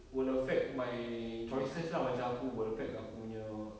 will affect my choices macam aku will affect aku punya